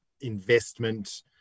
investment